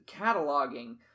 Cataloging